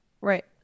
Right